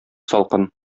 салкын